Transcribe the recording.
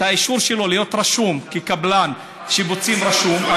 האישור להיות רשום כקבלן שיפוצים רשום,